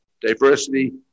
diversity